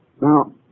Now